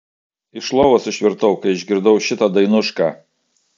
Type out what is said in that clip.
iš lovos išvirtau kai išgirdau šitą dainušką